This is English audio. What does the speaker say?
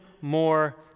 more